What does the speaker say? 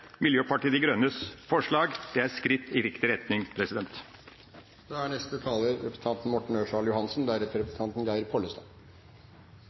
Miljøpartiet De Grønnes forslag – det er skritt i riktig retning.